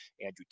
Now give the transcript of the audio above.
Andrew